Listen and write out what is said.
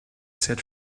said